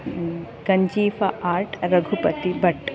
Ganjifa art Raghupati Bhat